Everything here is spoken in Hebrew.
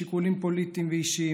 שיקולים פוליטיים ואישיים,